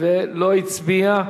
ולא הצביע?